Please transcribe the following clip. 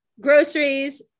groceries